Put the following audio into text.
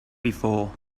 before